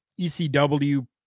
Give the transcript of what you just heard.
ECW